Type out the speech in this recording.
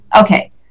Okay